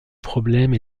problème